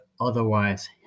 otherwise